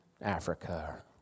Africa